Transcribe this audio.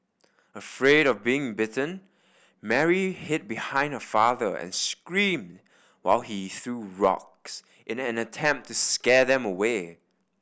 afraid of being bitten Mary hid behind her father and screamed while he threw rocks in an attempt to scare them away